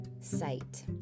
sight